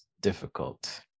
difficult